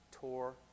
tour